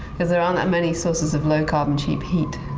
because there are not many sources of low-carbon, cheap heat.